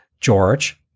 George